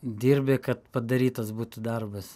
dirbi kad padarytas būtų darbas